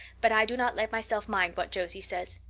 but i do not let myself mind what josie says.